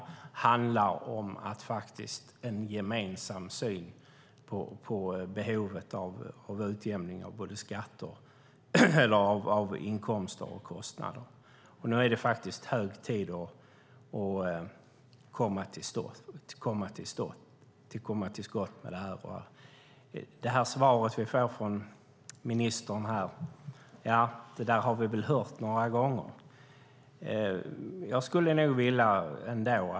Det handlar faktiskt om en gemensam syn på behovet av utjämning av både inkomster och kostnader. Nu är det hög tid att komma till skott. Svaret från ministern har vi hört några gånger.